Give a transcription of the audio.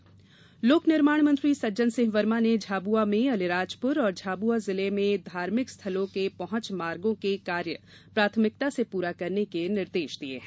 निर्माण निर्देश लोक निर्माण मंत्री सज्जन सिंह वर्मा ने झाबुआ में अलीराजपुर और झाबुआ जिले में धार्मिक स्थलों के पहुँच मार्गों के कार्य प्राथमिकता से पूरा करने के निर्देश दिये हैं